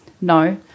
No